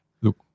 Look